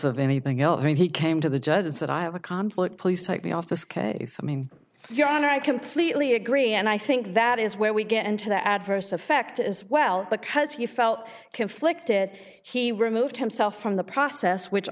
of anything else when he came to the judges that i have a conflict please take me off this case i mean your honor i completely agree and i think that is where we get into the adverse effect as well because he felt conflicted he removed himself from the process which